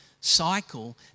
cycle